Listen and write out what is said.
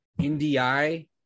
NDI